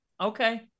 okay